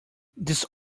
this